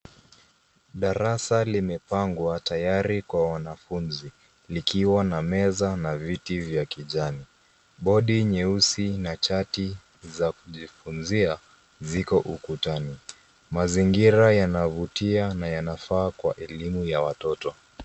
Darasa limepangwa tayari kwa wanafunzi, likiwa na meza na viti vya kijani. Bodi nyeusi na chati za kujifunzia ziko ukutani. Mazingira yanavutia na yanafaa kwa elimu ya watoto.